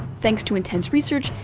thanks to intense research,